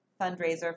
fundraiser